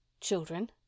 Children